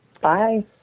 Bye